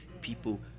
people